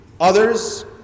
others